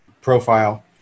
Profile